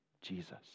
Jesus